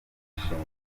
ishingiro